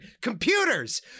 computers